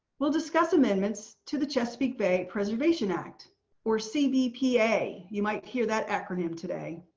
will discuss amendments to the chesapeake bay preservation act or cbpa you might hear that acronym today.